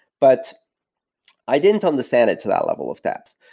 but i didn't understand it to that level of depth.